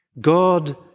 God